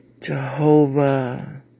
Jehovah